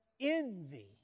Envy